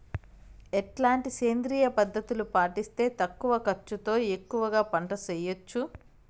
ఎట్లాంటి సేంద్రియ పద్ధతులు పాటిస్తే తక్కువ ఖర్చు తో ఎక్కువగా పంట చేయొచ్చు?